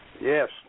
Yes